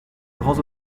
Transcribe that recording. grands